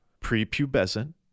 Prepubescent